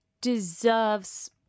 deserves